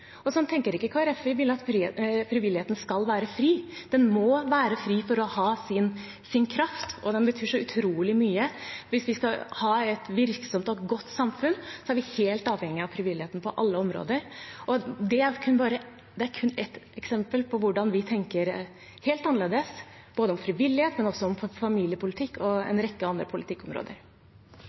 Sånn tenker ikke Kristelig Folkeparti. Vi vil at frivilligheten skal være fri. Den må være fri for å ha sin kraft, og den betyr så utrolig mye. Hvis vi skal ha et virksomt og godt samfunn, er vi helt avhengig av frivilligheten på alle områder. Og det er kun ett eksempel på hvordan vi tenker helt annerledes, både om frivillighet og om familiepolitikk og en rekke andre politikkområder.